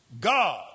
God